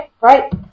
right